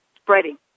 Spreading